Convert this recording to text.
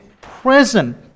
present